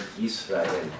Israel